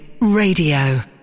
Radio